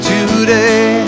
Today